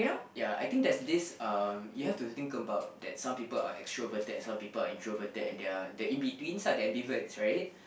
ya I think there's this um you have to think about that some people are extroverted and some people are introverted and there are the in betweens lah the ambiverts right